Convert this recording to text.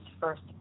first